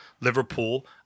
liverpool